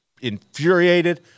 infuriated